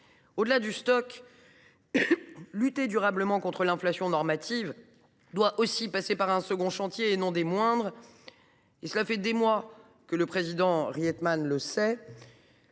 Au delà du stock, lutter durablement contre l’inflation normative doit aussi passer par un second chantier, et non des moindres. Olivier Rietmann le sait,